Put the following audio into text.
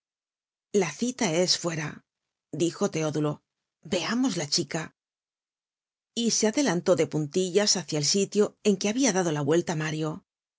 la cita es fuera dijo teodulo veamos la chica y se adelantó de puntillas hácia el sitio en que habia dado la vuelta mario